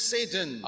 Satan